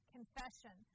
Confession